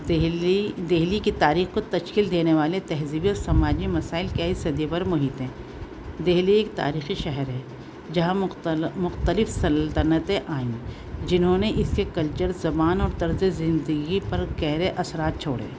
دہلی دہلی کی تاریخ کو تشکیل دینے والے تہذیبی اور سماجی مسائل کئی صدی پر محیط ہیں دہلی ایک تاریخی شہر ہے جہاں مختلف سلطنتیں آئیں جنہوں نے اس کے کلچر زبان اور طرز زندگی پر گہرے اثرات چھوڑے